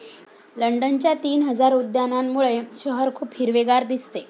लंडनच्या तीन हजार उद्यानांमुळे शहर खूप हिरवेगार दिसते